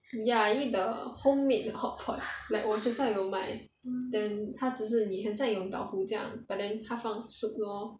ya eat the home made hot pot like 我学校有买 then 他只是你很像 yong tau foo 这样 but then 他放 soup lor